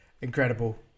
Incredible